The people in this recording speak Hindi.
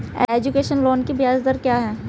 एजुकेशन लोन की ब्याज दर क्या है?